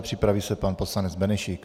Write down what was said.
Připraví se pan poslanec Benešík.